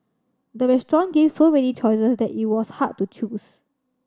the restaurant gave so many choices that it was hard to choose